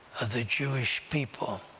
the jewish people.